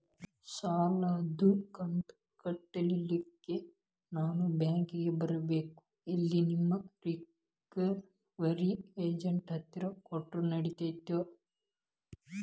ಸಾಲದು ಕಂತ ಕಟ್ಟಲಿಕ್ಕೆ ನಾನ ಬ್ಯಾಂಕಿಗೆ ಬರಬೇಕೋ, ಇಲ್ಲ ನಿಮ್ಮ ರಿಕವರಿ ಏಜೆಂಟ್ ಹತ್ತಿರ ಕೊಟ್ಟರು ನಡಿತೆತೋ?